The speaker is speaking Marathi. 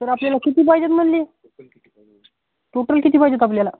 सर आपल्याला किती पाहिजेत म्हटली टोटल किती पाहिजेत आपल्याला